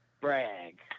brag